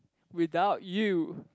without you